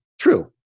true